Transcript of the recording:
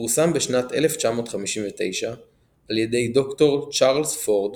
פורסם בשנת 1959 על ידי ד"ר צ'ארלס פורד